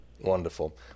Wonderful